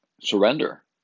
surrender